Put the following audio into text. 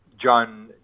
John